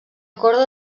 corda